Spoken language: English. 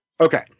Okay